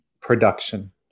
production